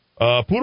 puro